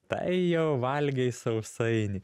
tai jau valgei sausainį